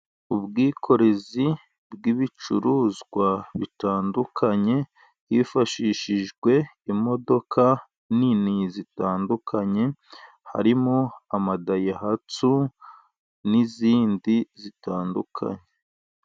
Ubwikorezi bw'ibicuruzwa bitandukanye, hifashishijwe imodoka nini zitandukanye, harimo: amadayihatsu, n'izindi zitandukanye.